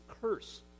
curse